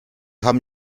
haben